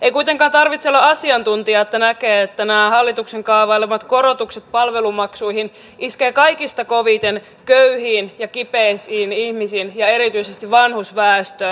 ei kuitenkaan tarvitse olla asiantuntija että näkee että nämä hallituksen kaavailemat korotukset palvelumaksuihin iskevät kaikista koviten köyhiin ja kipeisiin ihmisiin ja erityisesti vanhusväestöön